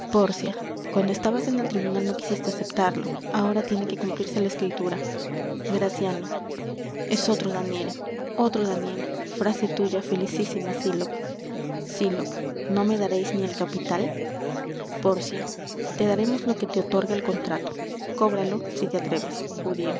cuando estabas en el tribunal no quisiste aceptarlo ahora tiene que cumplirse la escritura graciano es otro daniel otro daniel frase tuya felicísima sylock sylock no me dareis ni el capital pórcia te daremos lo que te otorga el contrato cóbralo si te atreves